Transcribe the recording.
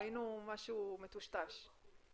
ראינו משהו מטושטש.